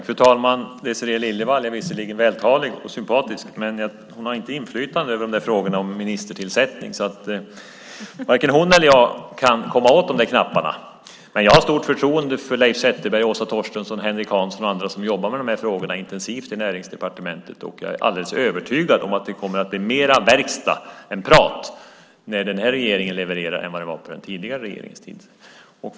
Fru talman! Désirée Liljevall är visserligen vältalig och sympatisk, men hon har inte inflytande över ministertillsättningar. Varken hon eller jag kan komma åt de knapparna. Men jag har stort förtroende för Leif Zetterberg, Åsa Torstensson, Henrik Hansson och andra som jobbar med de här frågorna intensivt i Näringsdepartementet. Jag är alldeles övertygad om att det kommer att bli mera verkstad än prat när den här regeringen levererar än vad det var på den tidigare regeringens tid.